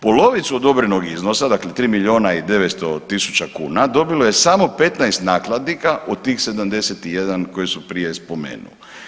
Polovicu odobrenog iznosa dakle, 3 milijuna i 900 tisuća kuna dobilo je samo 15 nakladnika od tih 71 koje sam prije spomenuo.